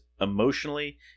emotionally